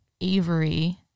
Avery